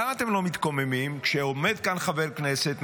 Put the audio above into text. למה אתם לא מתקוממים כשעומד כאן חבר כנסת,